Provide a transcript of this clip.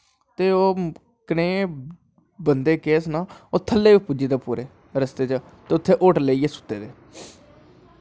ते ओह् कनेह् बंदे केह् नां थल्लै पुज्जी दे पूरे रस्ते च ते उत्थें होटल लेइयै सुत्ते दे